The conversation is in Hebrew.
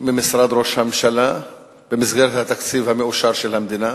ממשרד ראש הממשלה במסגרת התקציב המאושר של המדינה,